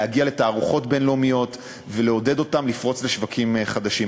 להגיע לתערוכות בין-לאומיות ולעודד אותם לפרוץ לשווקים חדשים.